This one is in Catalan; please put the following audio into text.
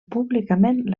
públicament